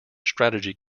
strategy